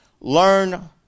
Learn